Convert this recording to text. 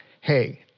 hey